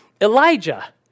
Elijah